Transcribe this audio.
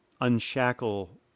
Unshackle